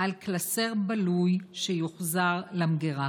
על קלסר בלוי שיוחזר למגירה.